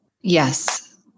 Yes